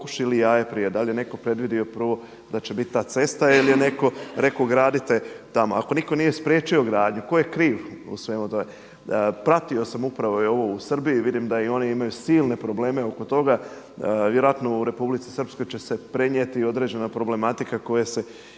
kokoš ili jaje prije, da li je netko predvidio prvo da će biti ta cesta ili je netko rekao gradite tamo. Ako nitko nije spriječio gradnju tko je kriv u svemu tome. Pratio sam upravo evo u Srbiji vidim da i oni imaju silne probleme oko toga, vjerojatno u Republici Srpskoj će se prenijeti određena problematika koja se ima